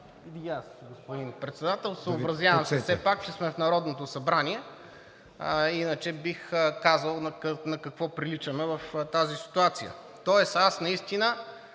ДОБРЕВ: Господин Председател, съобразявам се все пак, че сме в Народното събрание, иначе бих казал на какво приличаме в тази ситуация. Тоест аз наистина,